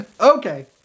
Okay